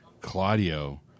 Claudio